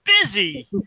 busy